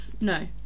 No